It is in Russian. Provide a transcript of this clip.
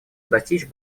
достичь